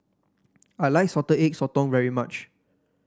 I like Salted Egg Sotong very much